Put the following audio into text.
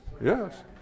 Yes